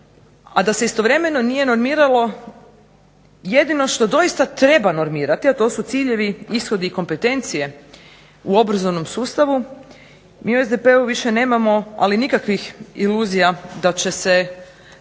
a da se istovremeno nije normiralo jedino što doista treba normirati, a to su ciljevi, ishodi i kompetencije u obrazovnom sustavu. Mi u SDP-u više nemamo ali nikakvih iluzija da će se dok